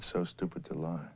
so stupid to l